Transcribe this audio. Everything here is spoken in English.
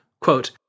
Quote